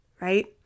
Right